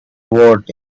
vote